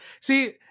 See